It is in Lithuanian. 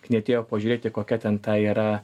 knietėjo pažiūrėti kokia ten ta yra